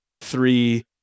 three